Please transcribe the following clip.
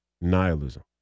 nihilism